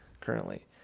currently